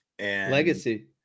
Legacy